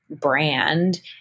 brand